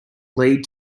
lead